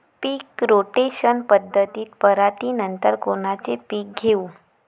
पीक rotation पद्धतीत पराटीनंतर कोनचे पीक घेऊ?